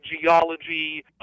geology